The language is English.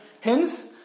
hence